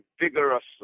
vigorously